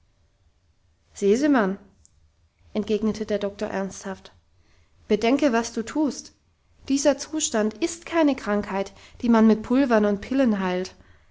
sesemann entgegnete der doktor ernsthaft bedenke was du tust dieser zustand ist keine krankheit die man mit pulvern und pillen heilt